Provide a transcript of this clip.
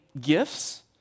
gifts